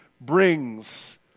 brings